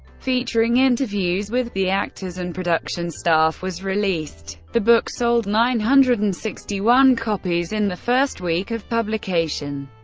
featuring interviews with the actors and production staff, was released. the book sold nine hundred and sixty one copies in the first week of publication,